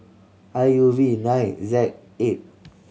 I U V nine Z eight